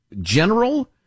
general